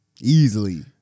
easily